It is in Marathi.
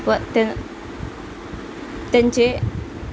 व त्यांचे त्यांचे